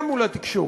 וגם מול התקשורת.